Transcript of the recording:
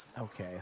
Okay